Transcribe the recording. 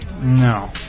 No